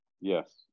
yes